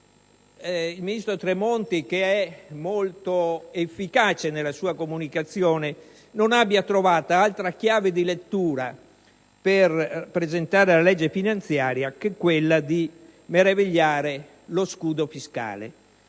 il ministro Tremonti, che è molto efficace nella sua comunicazione, non abbia trovato altra chiave di lettura per presentare la legge finanziaria che quella di esaltare lo scudo fiscale: